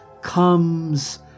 comes